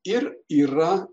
ir yra